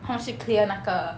他们去 clear 那个